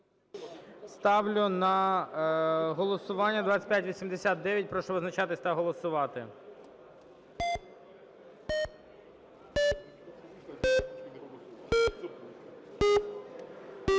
Ставлю на голосування 2596. Прошу визначатись та голосувати.